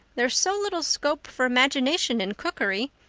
there's so little scope for imagination in cookery.